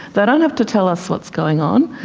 they don't have to tell us what's going on,